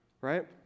right